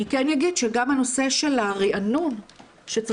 אני כן אגיד שגם הנושא של הריענון שצריך